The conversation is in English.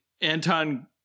Anton